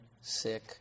sick